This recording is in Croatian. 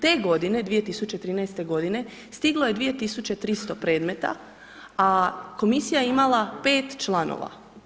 Te godine, 2013. g. stiglo je 2300 predmeta, a komisija je imala 5 članova.